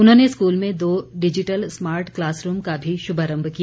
उन्होंने स्कूल में दो डिजिटल स्मार्ट क्लासरूम का भी शुभारम्भ किया